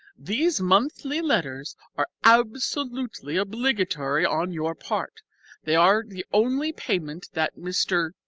these monthly letters are absolutely obligatory on your part they are the only payment that mr.